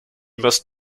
must